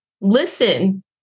listen